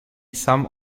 sam